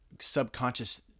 subconscious